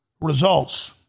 results